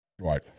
Right